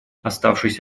оставшись